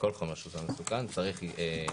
כל חומר הוא סם מסוכן, צריך רישיון.